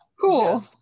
cool